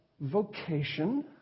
vocation